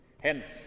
Hence